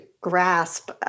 grasp